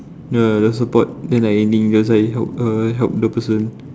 ya the support then like ending just like help err help the person